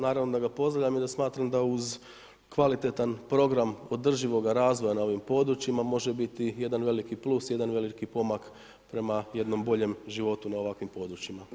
Naravno da ga pozdravljam i da smatram da uz kvalitetan program održivoga razvoja na ovim područjima može biti jedan veliki plus, jedan veliki pomak prema jednom boljem životu na ovakvim područjima.